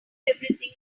everything